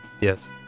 Yes